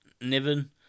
Niven